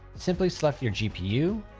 simply select your gpu,